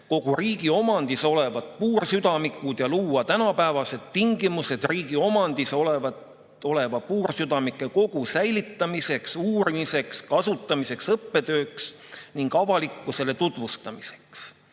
kogu riigi omandis olevad puursüdamikud ja luua tänapäevased tingimused riigi omandis oleva puursüdamikukogu säilitamiseks, uurimiseks, kasutamiseks õppetöös ning avalikkusele tutvustamiseks.